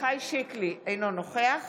אינו נוכח